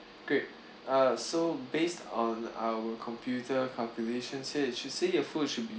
great uh so based on our computer calculations here you should see your food should be